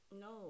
no